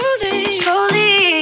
Slowly